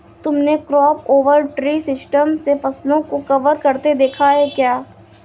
तुमने crop over tree system से फसलों को कवर करते देखा है क्या?